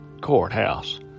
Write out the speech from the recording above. Courthouse